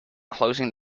closing